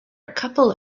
couple